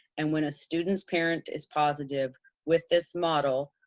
and when a student's parent is positive with this model,